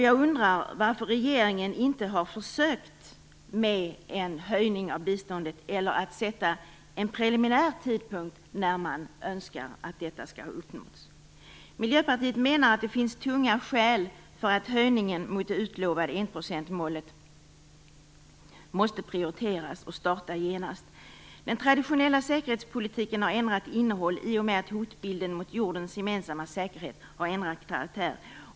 Jag undrar varför regeringen inte har försökt att åstadkomma en höjning av biståndet eller att sätta en preliminär tidpunkt för när man önskar att detta skall uppnås. Miljöpartiet menar att det finns tunga skäl för att höjningen mot det utlovade enprocentsmålet måste prioriteras och starta genast. Den traditionella säkerhetspolitiken har ändrat innehåll i och med att hotbilden mot jordens gemensamma säkerhet har ändrat karaktär.